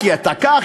כי אתה כך,